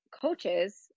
coaches